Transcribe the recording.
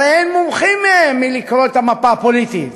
הרי אין מומחים מהם מלקרוא את המפה הפוליטית.